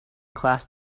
class